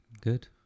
Good